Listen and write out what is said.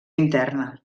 interna